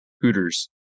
hooters